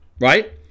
right